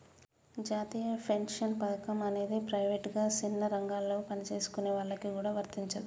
జాతీయ పెన్షన్ పథకం అనేది ప్రైవేటుగా సిన్న రంగాలలో పనిచేసుకునేటోళ్ళకి గూడా వర్తించదు